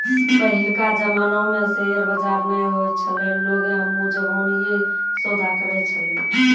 पहिलका जमाना मे शेयर बजार नै होय छलै लोगें मुजबानीये सौदा करै छलै